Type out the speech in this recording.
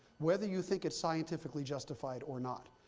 whether you think it's scientifically justified or not.